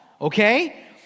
Okay